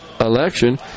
election